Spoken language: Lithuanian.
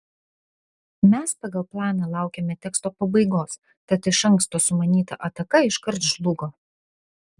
mes pagal planą laukėme teksto pabaigos tad iš anksto sumanyta ataka iškart žlugo